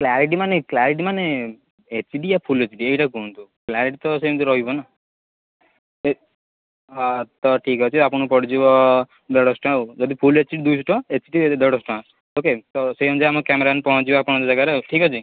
clarity ମାନେ clarity ମାନେ H D ୟା ଫୁଲ୍ ଏଚ୍ ଡ଼ି ଏଇଟା କୁହନ୍ତୁ କ୍ଲାରିଟି ତ ସେମିତି ରହିବ ନା ତ ଠିକ୍ ଅଛି ଆପଣଙ୍କୁ ପଡ଼ିଯିବ ଦେଢ଼ଶହ ଟଙ୍କା ଆଉ ଯଦି ଫୁଲ୍ ଏଚ୍ ଡ଼ି ଦୁଇଶହ ଟଙ୍କା ଏଚ୍ ଡ଼ି ଦେଢ଼ଶହ ଟଙ୍କା ଓ କେ ତ ସେହି ଅନୁଯାୟୀ ଆମ କ୍ୟାମେରାମ୍ୟାନ୍ ପହଞ୍ଚିବ ଆପଣଙ୍କ ଯାଗାରେ ଆଉ ଠିକ୍ ଅଛି